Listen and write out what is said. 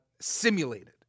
Simulated